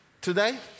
Today